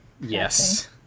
Yes